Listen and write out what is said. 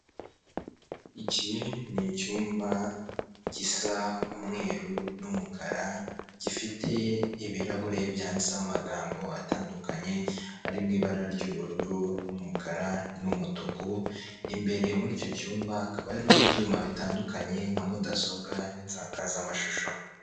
Iki ni icyumba gisa umweru n'umukara gifite ibirahuri byanditseho amagambo atandukanye ari mu ibara ry'ubururu n'umukara n'umutuku imbere muri icyo cyumba hakaba harimo ibyuma bitandukanye nka mudasobwa n'insakazamashusho.